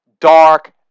Dark